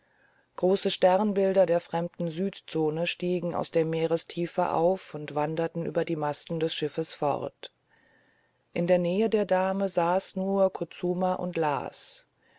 große sternbilder der fremden südzone stiegen aus der meerestiefe auf und wanderten über die masten des schiffes fort in der nähe der dame saß nur kutsuma und las